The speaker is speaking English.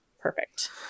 Perfect